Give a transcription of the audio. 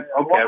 Okay